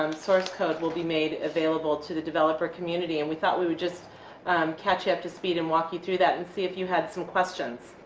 um source code will be made available to the developer community. and we thought we would just catch you up to speed and walk you through that and see if you had some questions.